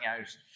out